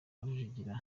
rujugira